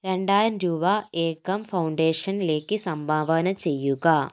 രണ്ടായിരം രൂപ ഏകം ഫൗണ്ടേഷനിലേക്ക് സംഭാവന ചെയ്യുക